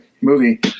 movie